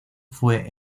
fue